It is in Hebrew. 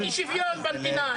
יש אי שוויון במדינה.